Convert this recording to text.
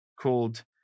called